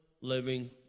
living